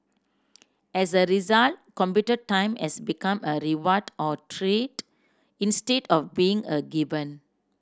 as a result computer time has become a reward or treat instead of being a given